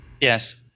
Yes